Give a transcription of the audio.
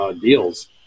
deals